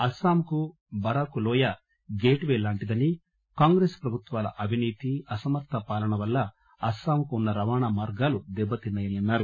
అస్ఫాంకు బరాకు లోయ gateway లాంటిదని కాంగ్రెస్ ప్రభుత్వాల అవినీతి అసమర్ద పాలన వల్ల అస్పాంకు ఉన్న రవాణామార్గాలు దెబ్బతిన్నాయని అన్నారు